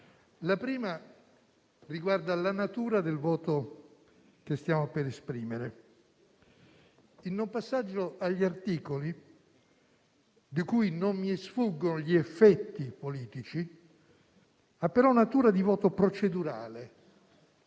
La prima riguarda la natura del voto che stiamo per esprimere. Il non passaggio agli articoli, di cui non mi sfuggono gli effetti politici, ha però natura di voto procedurale.